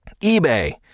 eBay